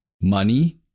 money